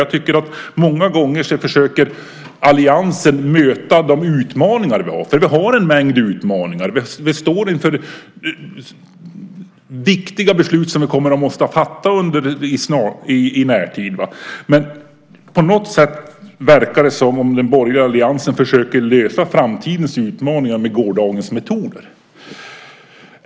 Jag tycker att den borgerliga alliansen många gånger försöker möta de utmaningar som vi står inför, och som vi i närtid måste fatta beslut om, med gårdagens metoder.